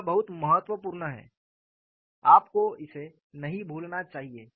यह बहुत महत्वपूर्ण है आपको इसे नहीं भूलना चाहिए